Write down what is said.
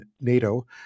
NATO